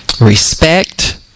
Respect